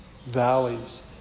valleys